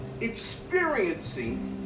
experiencing